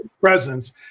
Presence